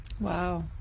wow